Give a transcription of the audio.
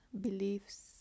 beliefs